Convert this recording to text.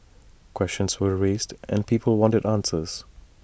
questions were raised and people wanted answers